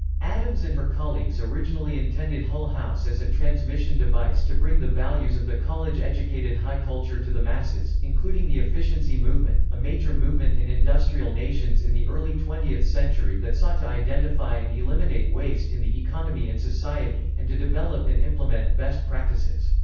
addams and her colleagues originally intended hull house as a transmission device to bring the values of the college-educated high culture to the masses, including the efficiency movement, a major movement in industrial nations in the early twentieth century that sought to identify and eliminate waste in the economy and society, and to develop and implement best practices.